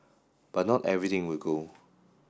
but not everything will go